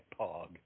pog